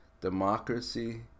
democracy